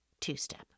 Two-Step